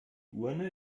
urne